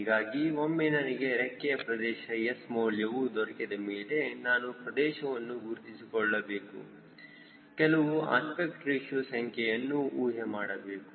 ಹೀಗಾಗಿ ಒಮ್ಮೆ ನನಗೆ ರೆಕ್ಕೆಯ ಪ್ರದೇಶ S ಮೌಲ್ಯವು ದೊರಕಿದ ಮೇಲೆ ನಾನು ಪ್ರದೇಶವನ್ನು ಗುರುತಿಸಿಕೊಳ್ಳಬೇಕು ಕೆಲವು ಅಸ್ಪೆಕ್ಟ್ ರೇಶಿಯೋ ಸಂಖ್ಯೆಯನ್ನು ಊಹೆ ಮಾಡಬೇಕು